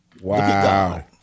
Wow